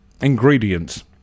Ingredients